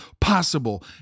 possible